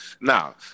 Now